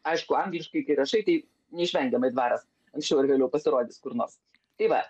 aišku angliškai kai rašai tai neišvengiamai dvaras anksčiau ar vėliau pasirodys kur nors tai va